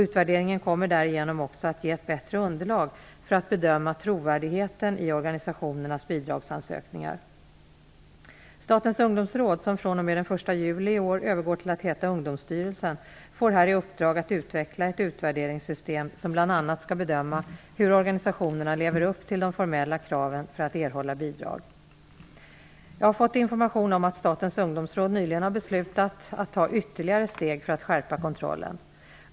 Utvärderingen kommer därigenom också att ge ett bättre underlag för att bedöma trovärdigheten i organisationernas bidragsansökningar. Statens ungdomsråd, som från och med den 1 juli i år övergår till att heta Ungdomsstyrelsen, får här i uppdrag att utveckla ett utvärderingssystem som bl.a. skall bedöma hur organisationerna lever upp till de formella kraven för att erhålla bidrag. Jag har fått information om att Statens ungdomsråd nyligen har beslutat att ta ytterliga steg för att skärpa kontrollen.